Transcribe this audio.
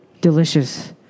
delicious